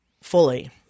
Fully